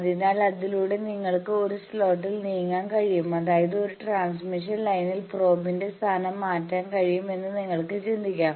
അതിനാൽ അതിലൂടെ നിങ്ങൾക്ക് ആ സ്ലോട്ടിൽ നീക്കാൻ കഴിയും അതായത് ഒരു ട്രാൻസ്മിഷൻ ലൈനിൽ പ്രോബ്ന്റെ സ്ഥാനം മാറ്റാൻ കഴിയും എന്ന് നിങ്ങൾക്ക് ചിന്തിക്കാം